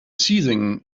seizing